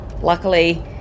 Luckily